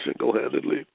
single-handedly